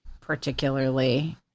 particularly